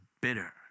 bitter